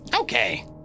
Okay